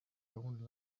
own